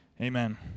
amen